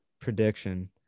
prediction